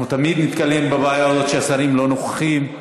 אנחנו תמיד נתקלים בבעיה הזאת, שהשרים לא נוכחים.